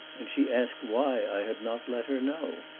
and she asked why i had not let her know.